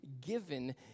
given